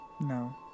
No